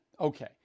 Okay